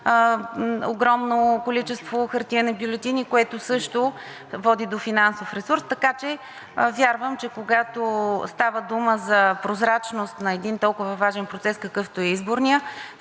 огромно количество хартиени бюлетини, което също води до финансов ресурс. Така че вярвам, че когато става дума за прозрачност на един толкова важен процес, какъвто е изборния,